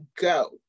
go